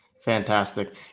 Fantastic